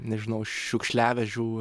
nežinau šiukšliavežių